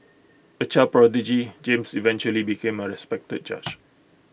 A child prodigy James eventually became A respected judge